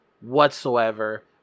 whatsoever